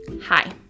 Hi